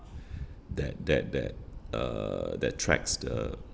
that that that uh that tracks the